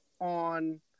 on